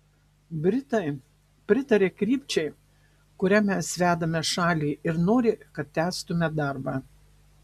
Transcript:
britai pritaria krypčiai kuria mes vedame šalį ir nori kad tęstume darbą